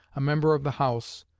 a member of the house,